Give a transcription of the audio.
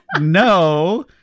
no